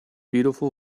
beautiful